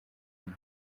hino